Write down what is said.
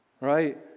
right